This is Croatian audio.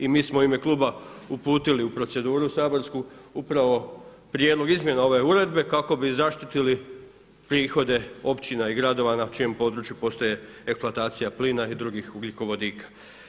I mi smo u ime kluba uputili u proceduru saborsku upravo prijedlog izmjena ove uredbe kako bi zaštitili prihode općina i gradova na čijem području postoje eksploatacija plina i drugih ugljikovodika.